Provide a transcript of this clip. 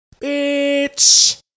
Bitch